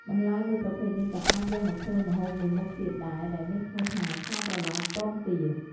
បន្លែមួយប្រភេទនេះក៏៏អាចយកមកធ្វើម្ហូបមួយមុខទៀតដែរ ដែលមានឈ្មោះថាឆាត្រឡាចពងទា។